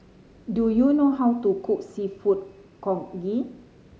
do you know how to cook Seafood Congee